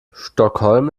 stockholm